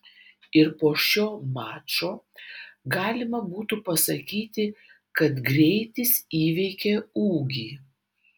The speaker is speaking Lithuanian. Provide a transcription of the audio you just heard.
ir po šio mačo galima būtų pasakyti kad greitis įveikė ūgį